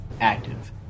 active